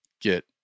get